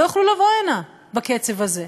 לא יוכלו לבוא הנה בקצב הזה.